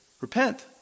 repent